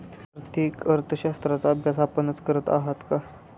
आर्थिक अर्थशास्त्राचा अभ्यास आपणच करत आहात का?